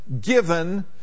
given